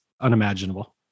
unimaginable